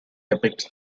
depicts